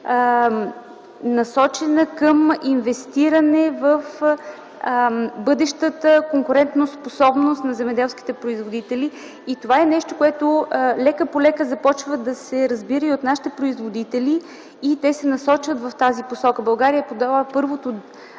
насочена към инвестиране в бъдещата конкурентоспособност на земеделските производители. Това е нещо, което лека-полека започва да се разбира от нашите производители и те се насочваха в тази посока. България е подала първото